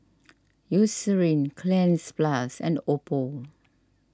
Eucerin Cleanz Plus and Oppo